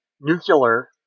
nuclear-